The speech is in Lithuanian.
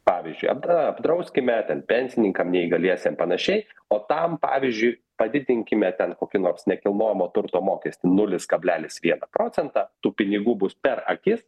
pavyzdžiui apdra apdrauskime ten pensininkam neįgaliesiem panašiai o tam pavyzdžiui padidinkime ten kokį nors nekilnojamo turto mokestį nulis kablelis vieną procentą tų pinigų bus per akis